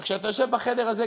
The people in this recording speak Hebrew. וכשאתה יושב בחדר הזה,